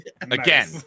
Again